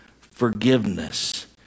forgiveness